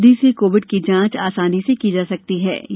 इस विधि से कोविड की जांच आसानी से की जा सकती है